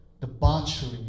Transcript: debauchery